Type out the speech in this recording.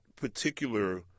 particular